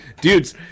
Dudes